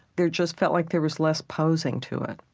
there just felt like there was less posing to it.